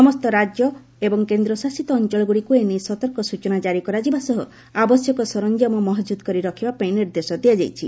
ସମସ୍ତ ରାଜ୍ୟ ଏବଂ କେନ୍ଦ୍ରଶାସିତ ଅଞ୍ଚଳଗୁଡ଼ିକୁ ଏନେଇ ସତର୍କ ସୂଚନା କାରି କରାଯିବା ସହ ଆବଶ୍ୟକ ସରଞ୍ଜାମ ମହକୁଦ୍ କରି ରଖିବାପାଇଁ ନିର୍ଦ୍ଦେଶ ଦିଆଯାଇଛି